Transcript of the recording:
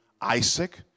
Isaac